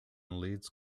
leads